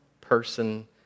person